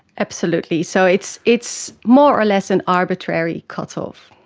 absolutely, so it's it's more or less an arbitrary cut-off.